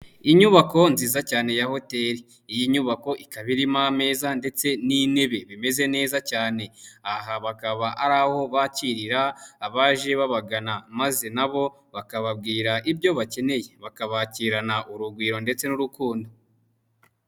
Inyubako nziza cyane ya hotel. Iyi nyubako ikaba irimo ameza ndetse n'intebe bimeze neza cyane. Aha bakaba ari aho bakirira abaje babagana ,maze nabo bakababwira ibyo bakeneye. Bakabakirana urugwiro ndetse n'urukundo.